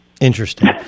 Interesting